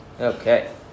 Okay